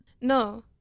No